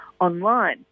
online